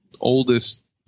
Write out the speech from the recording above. oldest